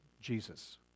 Jesus